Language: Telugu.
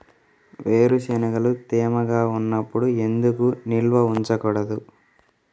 వేరుశనగలు తేమగా ఉన్నప్పుడు ఎందుకు నిల్వ ఉంచకూడదు?